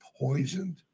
poisoned